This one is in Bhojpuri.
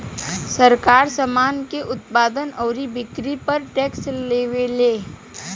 सरकार, सामान के उत्पादन अउरी बिक्री पर टैक्स लेवेले